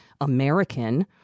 American